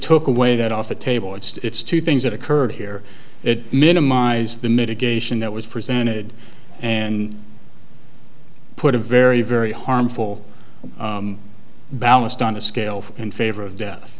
took away that off the table it's two things that occurred here it minimize the mitigation that was presented and put a very very harmful ballast on a scale in favor of death